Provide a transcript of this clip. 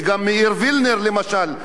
וגם מאיר וילנר, למשל.